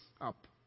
up